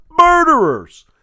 murderers